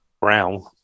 Brown